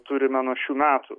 turime nuo šių metų